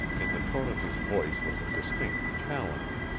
in the tone of his voice was a distinct challenge.